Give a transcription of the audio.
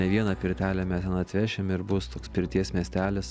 ne vieną pirtelę mes ten atvešim ir bus toks pirties miestelis